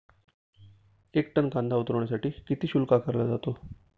एक टन कांदा उतरवण्यासाठी किती शुल्क आकारला जातो?